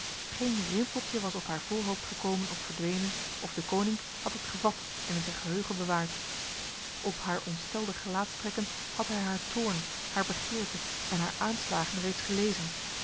geen rimpeltje was op haar voorhoofd gekomen of verdwenen of deconinck had het gevat en in zijn geheugen bewaard op haar ontstelde gelaatstrekken had hij haar toorn haar begeerte en haar aanslagen reeds gelezen